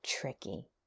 tricky